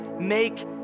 Make